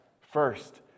First